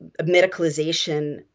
medicalization